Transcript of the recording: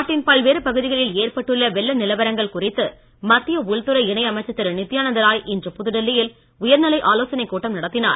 நாட்டின் பல்வேறு பகுதிகளில் ஏற்பட்டுள்ள வெள்ள நிலவரங்கள் குறித்து மத்திய உள்துறை இணை அமைச்சர் திரு நித்தியானந்த ராய் இன்று புதுடெல்லியில் உயர்நிலை ஆலோசனைக் கூட்டம் நடத்தினார்